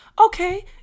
Okay